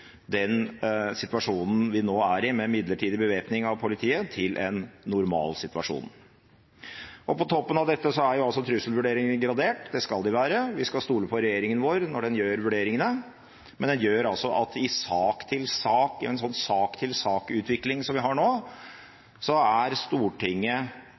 den situasjonen vi nå er i, med midlertidig bevæpning av politiet, til en normalsituasjon. På toppen av dette er altså trusselvurderingene gradert. Det skal de være, vi skal stole på regjeringen vår når den gjør vurderingene, men det gjør altså at i en sånn sak-til-sak-utvikling som vi har nå, er Stortinget